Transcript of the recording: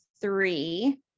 three